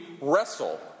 wrestle